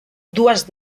dues